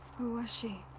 who was she?